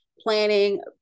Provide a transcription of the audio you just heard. planning